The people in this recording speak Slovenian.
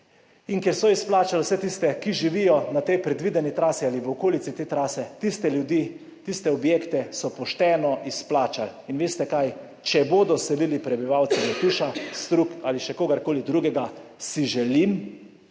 in ker so izplačali vse tiste, ki živijo na tej predvideni trasi ali v okolici te trase, tiste ljudi, tiste objekte so pošteno izplačali – in veste kaj? Če bodo selili prebivalce Letuša, Strug ali še kogarkoli drugega, si želim, da